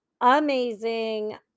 amazing